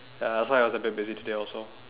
uh that's why I was a bit busy today also